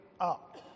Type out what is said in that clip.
up